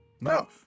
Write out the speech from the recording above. No